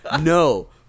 No